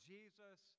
Jesus